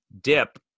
dip